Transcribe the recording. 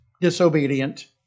disobedient